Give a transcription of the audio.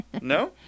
No